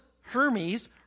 Hermes